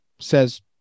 says